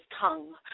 tongue